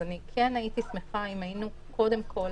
אז אני כן הייתי שמחה אם היינו קודם כול